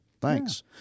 Thanks